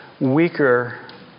weaker